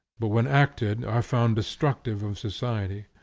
but when acted are found destructive of society.